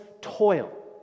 toil